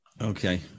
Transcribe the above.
Okay